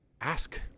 ask